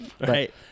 Right